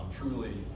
truly